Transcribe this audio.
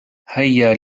هيا